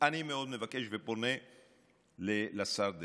ופונה לשר דרעי: